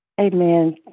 Amen